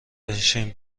بشین